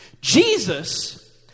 Jesus